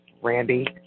Randy